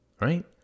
right